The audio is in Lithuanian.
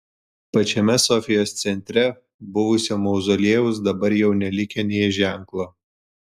pačiame sofijos centre buvusio mauzoliejaus dabar jau nelikę nė ženklo